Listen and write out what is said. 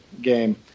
game